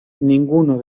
ninguno